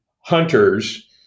hunters